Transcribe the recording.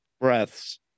breaths